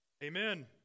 Amen